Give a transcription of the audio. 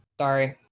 Sorry